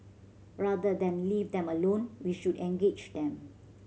rather than leave them alone we should engage them